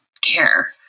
care